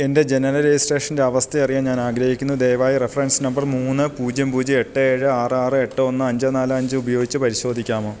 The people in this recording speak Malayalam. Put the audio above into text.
എൻ്റെ ജനന രജിസ്ട്രേഷൻ്റെ അവസ്ഥ അറിയാൻ ഞാൻ ആഗ്രഹിക്കുന്നു ദയവായി റഫറൻസ് നമ്പർ മൂന്ന് പൂജ്യം പൂജ്യം എട്ട് ഏഴ് ആറ് ആറ് എട്ട് ഒന്ന് അഞ്ച് നാല് അഞ്ച് ഉപയോഗിച്ച് പരിശോധിക്കാമോ